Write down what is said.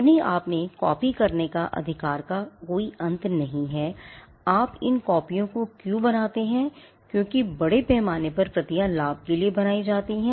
अपने आप में कॉपी करने का अधिकार कोई अंत नहीं है आप इन कॉपियों को क्यों बनाते हैंक्योंकि बड़े पैमाने पर प्रतियां लाभ के लिए बनाई जाती हैं